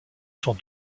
sont